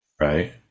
right